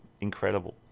incredible